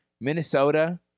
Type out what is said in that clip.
Minnesota